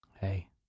Hey